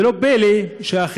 זה לא פלא שאכן,